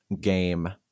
game